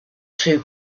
two